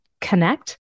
connect